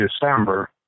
December